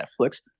Netflix